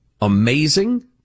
amazing